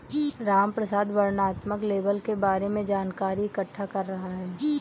रामप्रसाद वर्णनात्मक लेबल के बारे में जानकारी इकट्ठा कर रहा है